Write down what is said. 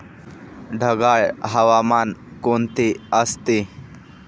ढगाळ हवामान कोणते असते?